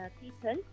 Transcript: people